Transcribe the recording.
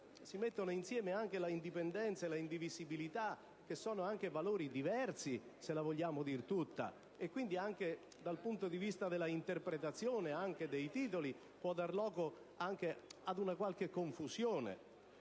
Si mettono insieme, poi, l'indipendenza e l'indivisibilità, che sono valori diversi se la vogliamo dire tutta, e quindi anche dal punto dell'interpretazione e dei titoli si può dare luogo ad una qualche confusione.